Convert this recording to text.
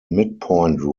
midpoint